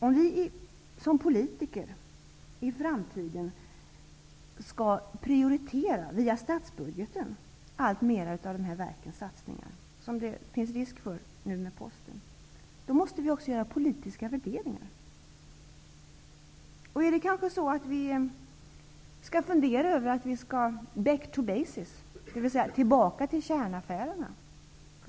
Om vi som politiker i framtiden via statsbudgeten skall prioritera en allt större del av dessa verks satsningar, vilket det finns en risk för när det gäller Posten, måste vi också göra politiska värderingar. Är det kanske så att vi bör fundera över om de här verken skall ''back to basis'', tillbaka till kärnaffärerna?